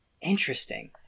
Interesting